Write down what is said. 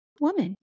woman